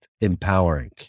empowering